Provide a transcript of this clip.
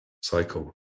cycle